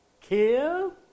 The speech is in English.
Kill